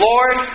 Lord